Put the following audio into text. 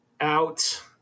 out